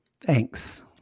thanks